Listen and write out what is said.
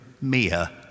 Mia